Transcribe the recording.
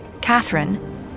Catherine